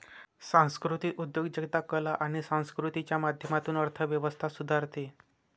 सांस्कृतिक उद्योजकता कला आणि संस्कृतीच्या माध्यमातून अर्थ व्यवस्था सुधारते